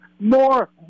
more